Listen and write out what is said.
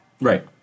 right